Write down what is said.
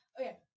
okay